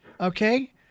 okay